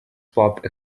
pop